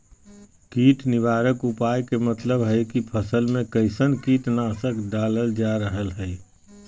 कीट निवारक उपाय के मतलव हई की फसल में कैसन कीट नाशक डालल जा रहल हई